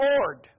Lord